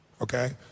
Okay